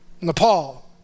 Nepal